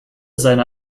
seine